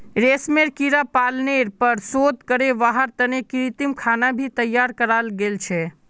रेशमेर कीड़ा पालनेर पर शोध करे वहार तने कृत्रिम खाना भी तैयार कराल गेल छे